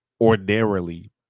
ordinarily